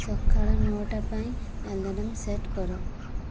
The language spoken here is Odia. ସକାଳ ନଅଟା ପାଇଁ ଆଲାର୍ମ ସେଟ୍ କର